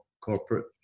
corporate